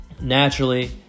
naturally